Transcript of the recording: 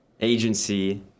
agency